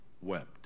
wept